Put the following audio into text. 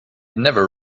never